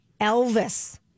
Elvis